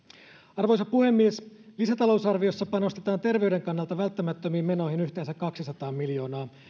arvoisa puhemies lisätalousarviossa panostetaan terveyden kannalta välttämättömiin menoihin yhteensä kaksisataa miljoonaa